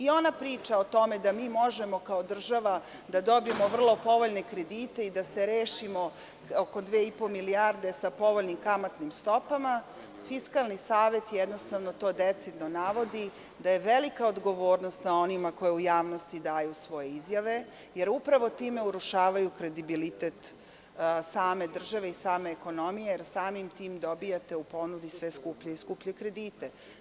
Ona priča o tome da mi možemo, kao država, da dobijemo vrlo povoljne kredite i da se rešimo oko 2,5 milijarde sa povoljnim kamatnim stopama, Fiskalni savet jednostavno to decidno navodi da je velika odgovornost na onima koji u javnosti daju svoje izjave, jer upravo time urušavaju kredibilitet same države i same ekonomije, jer samim tim dobijate u ponudi sve skuplje i skuplje kredite.